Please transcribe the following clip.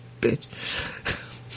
bitch